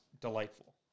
delightful